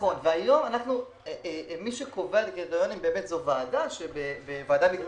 מי שקובע את הקריטריונים זה ועדה מקצועית,